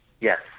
Yes